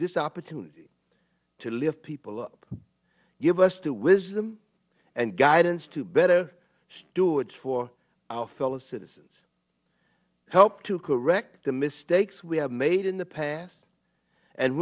this opportunity to lift people up give us the wisdom and guide us to better stewards for our fellow citizens help to correct the mistakes we have made in the past and